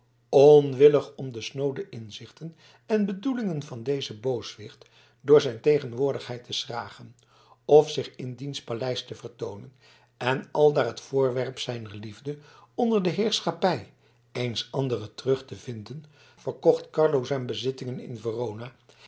onwillig om de snoode inzichten en bedoelingen van dezen booswicht door zijn tegenwoordigheid te schragen of zich in diens paleis te vertoonen en aldaar het voorwerp zijner liefde onder de heerschappij eens anderen terug te vinden verkocht carlo zijn bezittingen in verona